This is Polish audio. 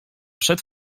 przed